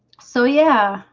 so, yeah